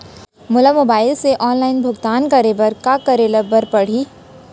मोला मोबाइल से ऑनलाइन भुगतान करे बर का करे बर पड़ही?